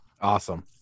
Awesome